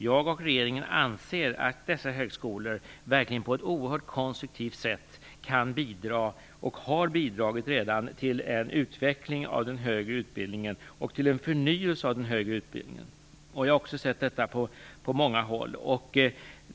Jag och regeringen anser att dessa högskolor på ett oerhört konstruktivt sätt kan bidra, och redan har bidragit, till en utveckling och förnyelse av den högre utbildningen. Jag har sett detta på många håll.